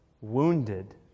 wounded